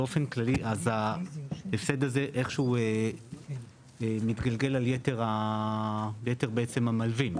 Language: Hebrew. ההפסד הזה מתגלגל על יתר המלווים,